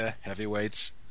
Heavyweights